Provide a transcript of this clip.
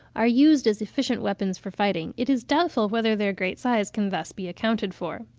are used as efficient weapons for fighting, it is doubtful whether their great size can thus be accounted for.